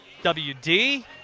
WD